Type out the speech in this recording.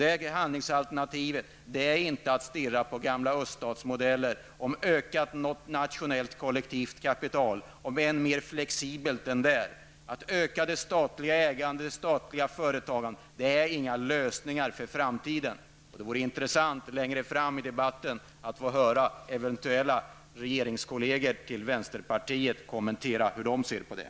Ett handlingsalternativ är inte att stirra på gamla öststatsmodeller om ökat nationellt kollektivt kapital, om än mer flexibelt än där. Att öka det statliga ägandet, det statliga företagandet, är ingen lösning för framtiden. Det vore intressant att längre fram i debatten få höra vänsterpartiets eventuella regeringskolleger kommentera detta.